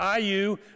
IU